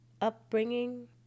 upbringing